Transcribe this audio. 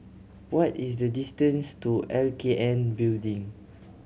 what is the distance to L K N Building